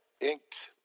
inked